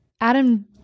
Adam